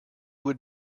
would